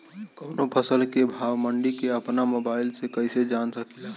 कवनो फसल के भाव मंडी के अपना मोबाइल से कइसे जान सकीला?